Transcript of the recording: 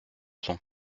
son